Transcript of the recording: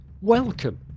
Welcome